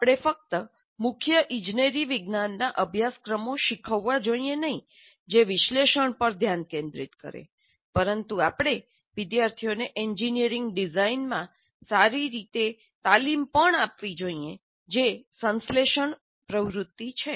આપણે ફક્ત મુખ્ય ઇજનેરી વિજ્ઞાનના અભ્યાસક્રમો શીખવવા જોઈએ નહીં જે વિશ્લેષણ પર ધ્યાન કેન્દ્રિત કરે પરંતુ આપણે વિદ્યાર્થીઓને એન્જિનિયરિંગ ડિઝાઇનમાં સારી રીતે તાલીમ પણ આપવી જોઈએ જે સંશ્લેષણ પ્રવૃત્તિ છે